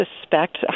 suspect